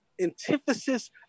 antithesis